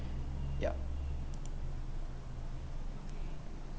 ya